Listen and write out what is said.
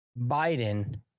Biden